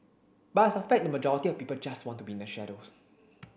but I suspect the majority of people just want to be in the shadows